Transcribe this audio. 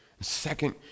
second